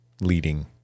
leading